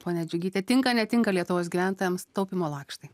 ponia džiugyte tinka netinka lietuvos gyventojams taupymo lakštai